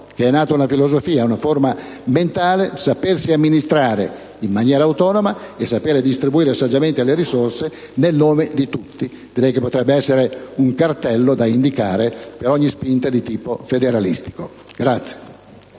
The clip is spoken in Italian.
che è nata una filosofia, una forma mentale: sapersi amministrare in maniera autonoma e saper distribuire saggiamente le risorse nel nome di tutti. Direi che potrebbe essere un cartello da indicare per ogni spinta di tipo federalista.